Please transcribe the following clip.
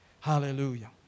Hallelujah